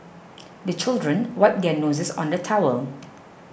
the children wipe their noses on the towel